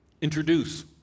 Introduce